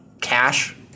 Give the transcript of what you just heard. cash